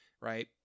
Right